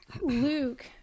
luke